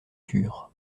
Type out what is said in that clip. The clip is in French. turent